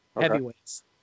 heavyweights